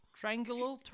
Triangular